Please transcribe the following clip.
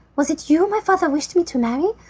was it you my father wished me to marry?